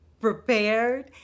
prepared